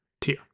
tier